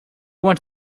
wants